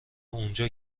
اونجا